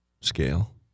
scale